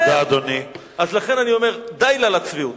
לכן אני אומר, די לה לצביעות.